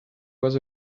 was